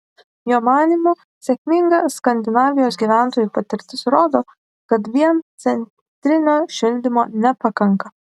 jo manymu sėkminga skandinavijos gyventojų patirtis rodo kad vien centrinio šildymo nepakanka